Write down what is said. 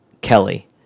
Kelly